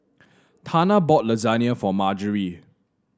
Tana bought Lasagne for Marjorie